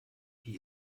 wie